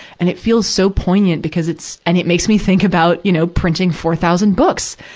and it feels so poignant because it's, and it makes me think about, you know, printing four thousand books.